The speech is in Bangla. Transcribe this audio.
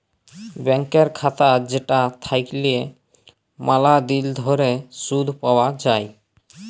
ব্যাংকের খাতা যেটা থাকল্যে ম্যালা দিল ধরে শুধ পাওয়া যায়